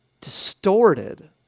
distorted